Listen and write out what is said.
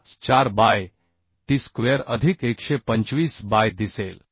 54 by t square अधिक 125 by दिसेल